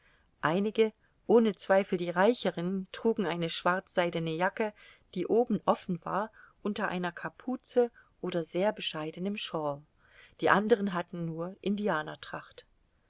einige ohne zweifel die reicheren trugen eine schwarzseidene jacke die oben offen war unter einer kapuze oder sehr bescheidenem shawl die anderen hatten nur